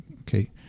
Okay